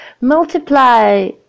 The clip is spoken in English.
multiply